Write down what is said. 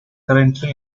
currently